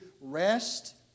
rest